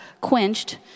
quenched